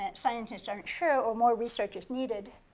ah scientists aren't sure or more research is needed.